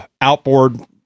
outboard